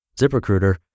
ZipRecruiter